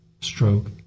stroke